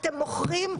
ניר,